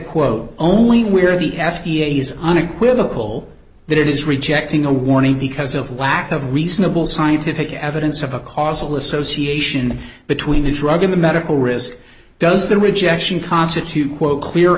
quote only we're the f d a is unequivocal that it is rejecting a warning because of lack of reasonable scientific evidence of a causal association between the drug in the medical risks does the rejection constitute quote clear